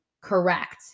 correct